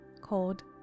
called